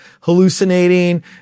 hallucinating